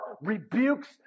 rebukes